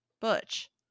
butch